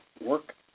work